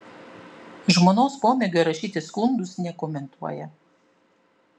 žmonos pomėgio rašyti skundus nekomentuoja